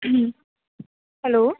hello